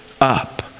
up